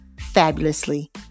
fabulously